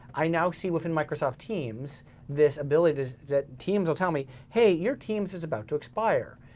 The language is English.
i now see within microsoft teams this ability, that teams'll tell me, hey, your teams is about to expire.